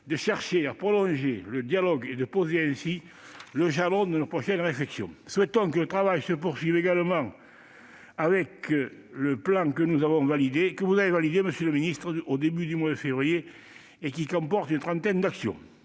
de chercher à prolonger le dialogue et de poser ainsi les jalons de nos prochaines réflexions. Souhaitons que le travail se poursuive également avec le plan que vous avez validé au début du mois de février dernier, monsieur le ministre, et qui comporte une trentaine d'actions.